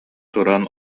туран